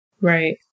Right